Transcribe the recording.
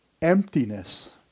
emptiness